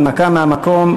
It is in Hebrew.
הנמקה מהמקום.